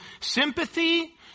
sympathy